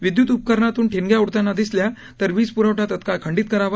विदयुत उपकरणातून ठिणग्या उडताना दिसल्या तर वीज प्रवठा तत्काळ खंडित करावा